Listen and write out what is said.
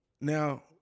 now